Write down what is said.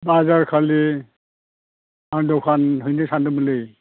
बाजारखालि आं दखान हैनो सानदोंमोनलै